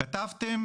כתבתם